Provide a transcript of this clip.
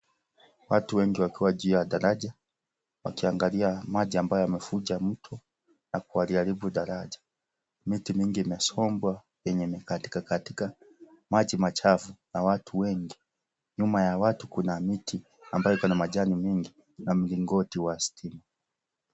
Watu wengi wakiwa juu ya daraja wakiangalia maji ambayo yamevuja mto na kuliaribu daraja miti mingi imesobwa yenye imekatikakatika maji machafu na watu wengi nyuma ya watu kuna mti mingi na mlingoti wa sitima.